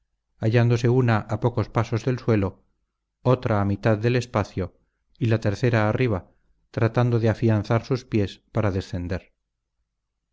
hallándose una a pocos pasos del suelo otra a mitad del espacio y la tercera arriba tratando de afianzar sus pies para descender